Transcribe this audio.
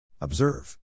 Observe